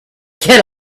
get